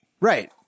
Right